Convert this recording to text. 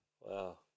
Wow